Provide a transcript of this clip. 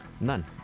none